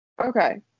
Okay